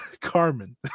carmen